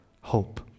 hope